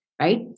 right